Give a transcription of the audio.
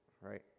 right